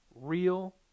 real